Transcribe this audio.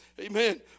Amen